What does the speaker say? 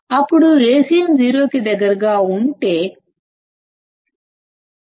అప్పుడు Acm సున్నా కి దగ్గరగా ఉంటే Acm 0